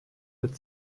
mit